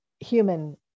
Human